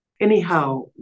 Anyhow